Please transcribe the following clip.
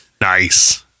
Nice